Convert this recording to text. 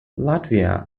latvia